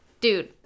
dude